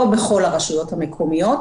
לא בכל הרשויות המקומיות,